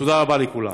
תודה רבה לכולם.